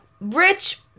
rich